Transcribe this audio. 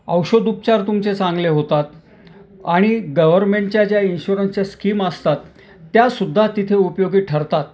औषध उपचार तुमचे चांगले होतात आणि गवरर्मेंटच्या ज्या इन्शुरन्सच्या स्कीम असतात त्या सुद्धा तिथे उपयोगी ठरतात